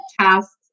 tasks